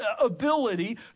ability